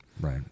Right